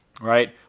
right